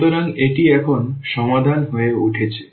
সুতরাং এটি এখন সমাধান হয়ে উঠেছে